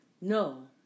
No